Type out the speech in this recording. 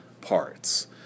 parts